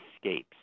escapes